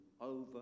over